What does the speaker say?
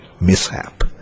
mishap